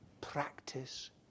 Practice